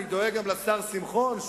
אני דואג גם לשר שמחון,